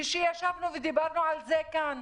וכשישבנו ודיברנו על זה כאן,